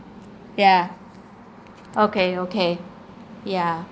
yeah okay okay yeah